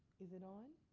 is it on?